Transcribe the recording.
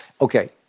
Okay